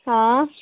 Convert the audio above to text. हां